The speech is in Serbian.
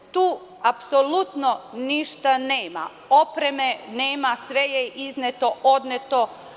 Tu apsolutno ništa nema, nema opreme, sve je izneto, odneto.